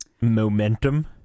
momentum